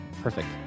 Perfect